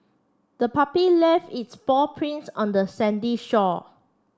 the puppy left its paw prints on the Sandy shore